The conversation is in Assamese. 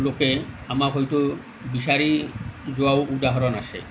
লোকে আমাক হয়তো বিচাৰি যোৱাও উদাহৰণ আছে